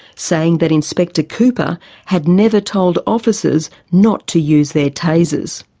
saying that inspector cooper had never told officers not to use their tasers.